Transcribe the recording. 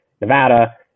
Nevada